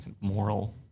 moral